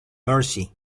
mercy